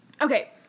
Okay